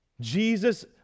Jesus